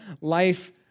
life